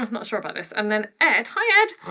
um not sure about this. and then ed, hi ed!